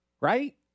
right